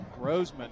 Roseman